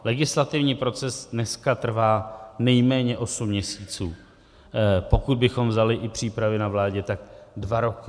Legislativní proces dneska trvá nejméně osm měsíců, pokud bychom vzali i přípravy na vládě, tak dva roky.